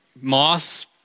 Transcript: moss